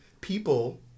people